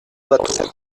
bâteau